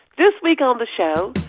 this week on the show,